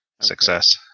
success